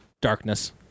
Darkness